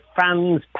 fans